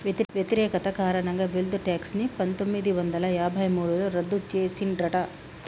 వ్యతిరేకత కారణంగా wealth tax ని పందొమ్మిది వందల యాభై మూడులో రద్దు చేసిండ్రట